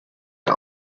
der